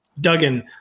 Duggan